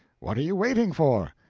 what are you waiting for?